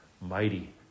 mighty